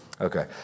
okay